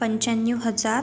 पंचाण्णव हजार